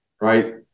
right